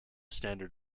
standard